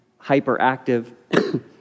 hyperactive